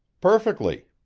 perfectly,